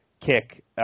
kick